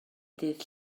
dydd